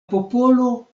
popolo